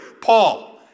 Paul